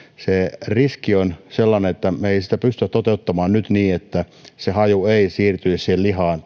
se riski on sellainen että me emme sitä pysty toteuttamaan nyt niin että se haju ei takuuvarmasti siirtyisi lihaan